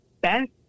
best